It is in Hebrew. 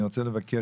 אני רוצה לבקש,